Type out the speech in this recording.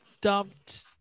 dumped